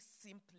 simply